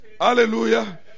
Hallelujah